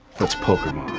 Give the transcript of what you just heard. let's pokermon.